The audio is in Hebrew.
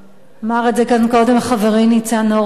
אמר את זה קודם חברי ניצן הורוביץ.